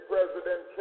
President